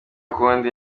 kundi